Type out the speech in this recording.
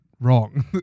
wrong